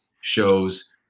shows